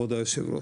כבוד היושב-ראש.